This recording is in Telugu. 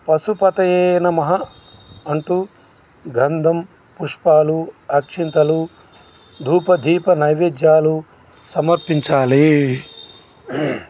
పశుపతేయ నమః అంటూ గంధం పుష్పాలు అక్షింతలు ధూప దీప నైవేద్యాలు సమర్పించాలి